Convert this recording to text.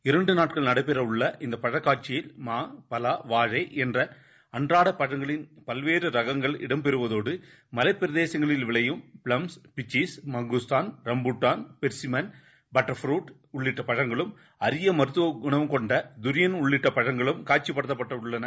இரண்டுநாட்கள்நடைபெறவுள்ளஇந்தபழக்காட்சியில்மா பலா வாழைஎன்றஅன்றாடபழங்களின்பல்வேறுரகங்கள்இடம்பெறுவதோடுமலை ப்பிரதேசங்களில்விளையும்பிளம்ஸ் பிச்சீஸ் மங்குஸ்தான் ரம்பூட்டான் பெர்ஸிமென் பட்டர்புரூட்உள்ளிட்டபழங்களும் அரிய மருத்துவகுணம்கொண்டதுரியன்உள்ளிட்டபழங்களும்காட்சிப்படுத்தப்பட்டு ள்ளன